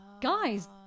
guys